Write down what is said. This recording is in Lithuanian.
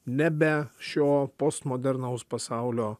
nebe šio postmodernaus pasaulio